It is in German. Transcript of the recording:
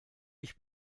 ich